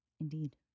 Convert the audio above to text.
Indeed